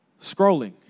scrolling